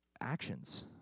actions